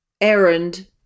errand